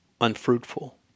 unfruitful